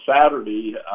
Saturday